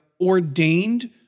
ordained